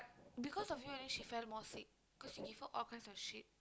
because of you then she fell more sick cos you give her all kinds of shit